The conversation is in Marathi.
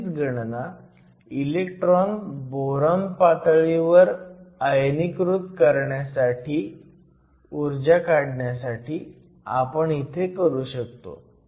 तशीच गणना इलेक्ट्रॉन बोरॉन पातळीवर आयनीकृत करण्यासाठीची ऊर्जा काढण्यासाठी आपण इथे करू शकतो